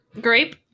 grape